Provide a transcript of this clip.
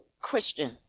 Christian